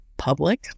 public